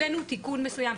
הבאנו תיקון מסוים,